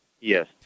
Yes